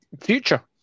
future